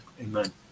amen